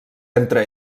entre